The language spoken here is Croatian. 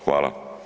Hvala.